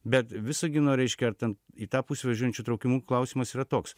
bet visagino reiškia ar ten į tą pusę važiuojančių traukinių klausimas yra toks